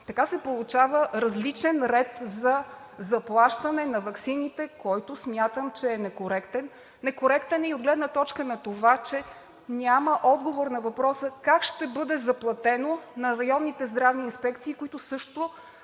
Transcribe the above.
Така се получава различен ред за заплащане на ваксините, който смятам за некоректен. Некоректен е и от гледна точка на това, че няма отговор на въпроса как ще бъде заплатено на районните здравни инспекции, които също